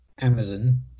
Amazon